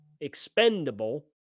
expendable